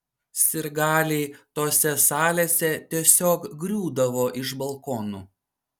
sirgaliai tose salėse tiesiog griūdavo iš balkonų